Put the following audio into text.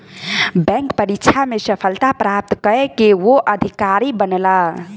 bank परीक्षा में सफलता प्राप्त कय के ओ अधिकारी बनला